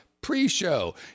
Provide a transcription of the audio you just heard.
pre-show